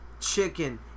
chicken